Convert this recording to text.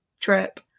Trip